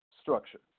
structure